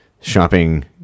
shopping